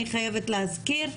אני חייבת להזכיר,